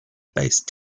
based